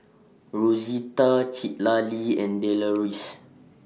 Rosita Citlalli and Deloris